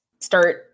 start